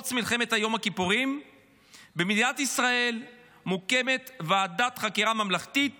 פרוץ מלחמת יום הכיפורים במדינת ישראל מוקמת ועדת חקירה ממלכתית